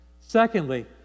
Secondly